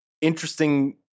interesting